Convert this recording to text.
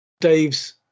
Dave's